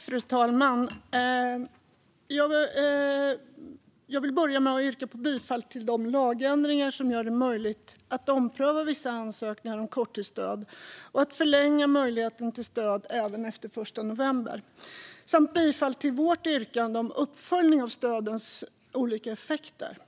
Fru talman! Jag vill börja med att yrka bifall till förslaget om de lagändringar som gör det möjligt att ompröva vissa ansökningar om korttidsstöd och att förlänga möjligheten till stöd även efter den 1 november. Jag yrkar också bifall till vårt yrkande om uppföljning av stödens olika effekter.